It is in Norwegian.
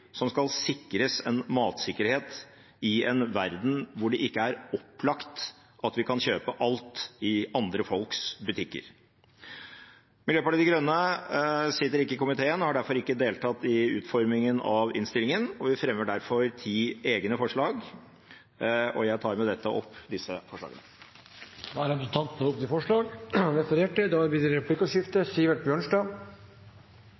som skal sikres matsikkerhet i en verden hvor det ikke er opplagt at vi kan kjøpe alt i andre folks butikker. Miljøpartiet De Grønne sitter ikke i komiteen og har derfor ikke deltatt i utformingen av innstillingen, og vi fremmer derfor ti egne forslag. Jeg tar med dette opp disse forslagene. Representanten Rasmus Hansson har tatt opp de forslagene han refererte til. Det blir